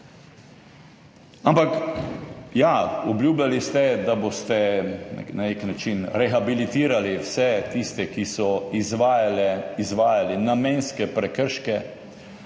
Ampak ja, obljubljali ste, da boste na nek način rehabilitirali vse tiste, ki so izvajali namenske prekrške,